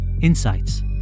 Insights